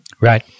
Right